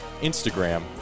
Instagram